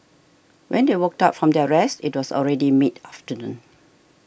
when they woke up from their rest it was already mid afternoon